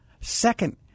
Second